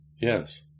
Yes